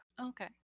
Okay